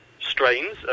strains